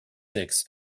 six